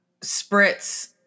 spritz